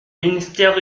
ministère